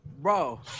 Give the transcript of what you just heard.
Bro